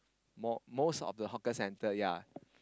more most of the hawker centre ya